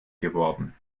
geworden